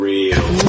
Real